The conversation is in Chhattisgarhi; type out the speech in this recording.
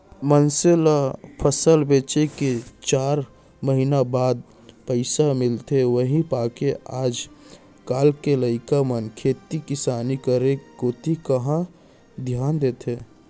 मनसे ल फसल बेचे के चार महिना बाद पइसा मिलथे उही पायके आज काल के लइका मन खेती किसानी करे कोती कहॉं धियान देथे